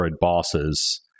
bosses